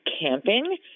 Camping